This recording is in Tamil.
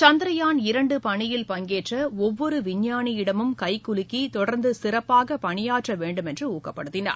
சந்திரயான் இரண்டு பணியில் பங்கேற்ற ஒவ்வொரு விஞ்ஞானியிடமும் கைகுலுக்கி தொடர்ந்து சிறப்பாக பணியாற்ற வேண்டுமென்று ஊக்கப்படுத்தினார்